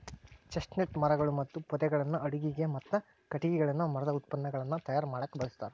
chestnut ಮರಗಳು ಮತ್ತು ಪೊದೆಗಳನ್ನ ಅಡುಗಿಗೆ, ಮತ್ತ ಕಟಗಿಗಳನ್ನ ಮರದ ಉತ್ಪನ್ನಗಳನ್ನ ತಯಾರ್ ಮಾಡಾಕ ಬಳಸ್ತಾರ